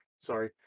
Sorry